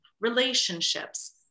relationships